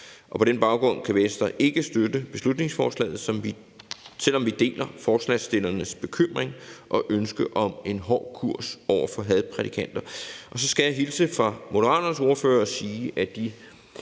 På den baggrund kan Venstre ikke støtte beslutningsforslaget, selv om vi deler forslagsstillernes bekymring og ønske om en hård kurs over for hadprædikanter. Og så skal jeg hilse fra Moderaternes ordfører og sige, at de